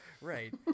Right